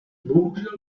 bohužel